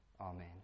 amen